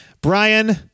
brian